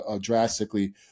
drastically